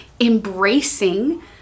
embracing